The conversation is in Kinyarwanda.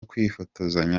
kwifotozanya